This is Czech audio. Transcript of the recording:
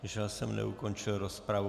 Že já jsem neukončil rozpravu!